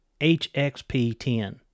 hxp10